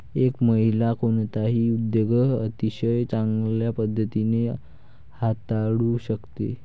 एक महिला कोणताही उद्योग अतिशय चांगल्या पद्धतीने हाताळू शकते